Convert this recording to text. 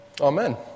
Amen